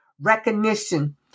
Recognition